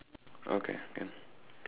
okay can